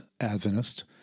Adventist